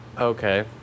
Okay